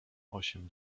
osiem